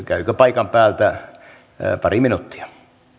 käykö paikan päältä pari minuuttia